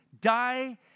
die